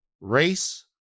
race